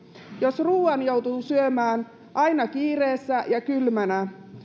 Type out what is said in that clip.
jos ruuan joutuu syömään aina kiireessä ja kylmänä